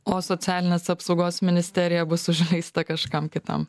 o socialinės apsaugos ministerija bus užleista kažkam kitam